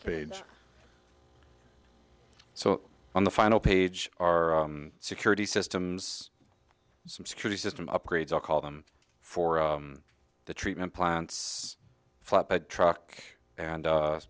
page so on the final page are security systems some security system upgrades i'll call them for the treatment plants flatbed truck and